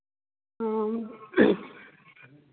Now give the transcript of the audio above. हां